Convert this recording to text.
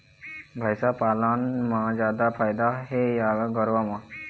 भैंस पालन म जादा फायदा हे या गरवा म?